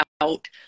out